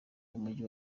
w’umujyi